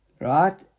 right